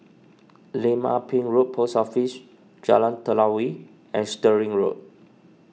Lim Ah Pin Road Post Office Jalan Telawi and Stirling Road